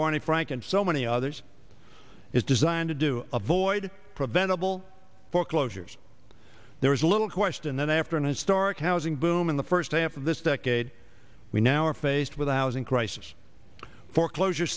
barney frank and so many others is designed to do avoid preventable foreclosures there is little question then after an historic housing boom in the first half of this decade we now are faced with the housing crisis foreclosure